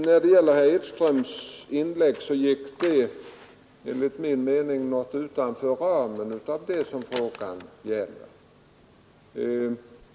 Herr Enlunds inlägg gick enligt min mening utanför ramen för vad frågan gäller.